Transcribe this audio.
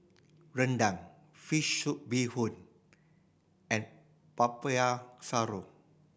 rendang fish soup bee hoon and Popiah Sayur